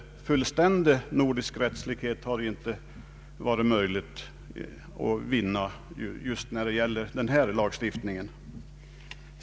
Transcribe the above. Fullständig nordisk likformighet hade sålunda inte varit möjlig att vinna i denna lagstiftning.